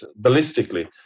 ballistically